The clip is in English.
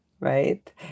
right